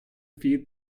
feed